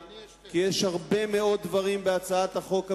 כי יש הרבה מאוד דברים בהצעת החוק המקורית,